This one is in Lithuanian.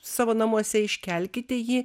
savo namuose iškelkite jį